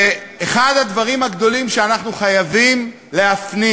אחד הדברים הגדולים שאנחנו חייבים להפנים